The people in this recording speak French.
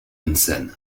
hansen